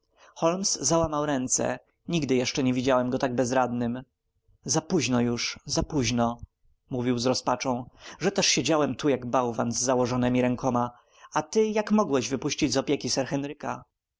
holmes załamał ręce nigdy jeszcze nie widziałem go tak bezradnym zapóźno już zapóźno mówił z rozpaczą że też siedziałem tu jak bałwan z założonemi rękoma a ty jak mogłeś wypuścić z opieki sir henryka